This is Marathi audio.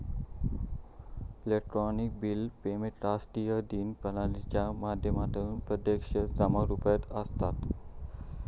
इलेक्ट्रॉनिक बिल पेमेंट राष्ट्रीय देय प्रणालीच्या माध्यमातना प्रत्यक्ष जमा रुपात असता